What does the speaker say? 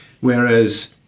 whereas